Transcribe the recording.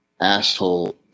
asshole